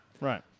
Right